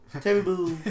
Terrible